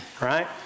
right